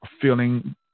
feeling